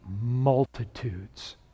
multitudes